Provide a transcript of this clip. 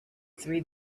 three